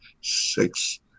six